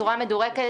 בצורה מדורגת,